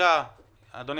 אדוני